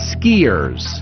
skiers